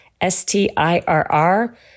S-T-I-R-R